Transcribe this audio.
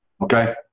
okay